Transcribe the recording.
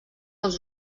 els